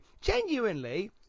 genuinely